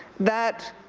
that